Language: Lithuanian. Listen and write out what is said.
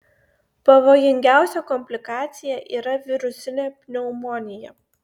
pavojingiausia komplikacija yra virusinė pneumonija